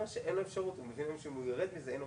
גם במובנים של אכיפה וגם במובנים היותר רכים,